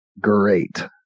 great